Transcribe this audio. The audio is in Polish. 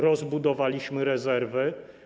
Rozbudowaliśmy rezerwy.